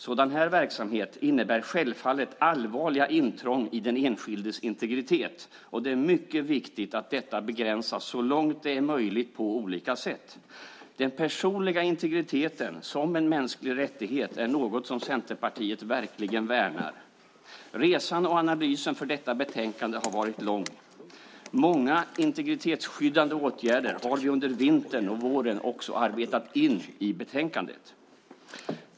Sådan verksamhet innebär självfallet allvarliga intrång i den enskildes integritet, och det är mycket viktigt att detta begränsas så långt det är möjligt på olika sätt. Den personliga integriteten, som en mänsklig rättighet, är något Centerpartiet verkligen värnar. Resan och analysen för detta betänkande har varit lång. Många integritetsskyddande åtgärder har vi under vintern och våren också arbetat in i betänkandet.